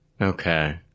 Okay